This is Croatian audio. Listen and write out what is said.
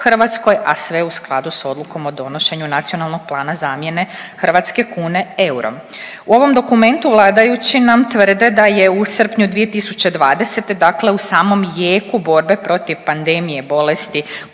a sve u skladu s odlukom o donošenju nacionalnog plana zamjene hrvatske kune eurom. U ovom dokumentu vladajući nam tvrde da je u srpnju 2020., dakle u samom jeku borbe protiv pandemije bolesti